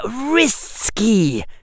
risky